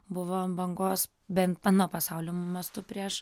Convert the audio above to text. buvo ant bangos bent pano pasaulio mastu prieš